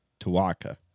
Tawaka